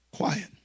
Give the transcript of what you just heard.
quiet